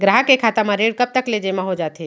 ग्राहक के खाता म ऋण कब तक जेमा हो जाथे?